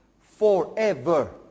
forever